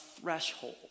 threshold